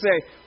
say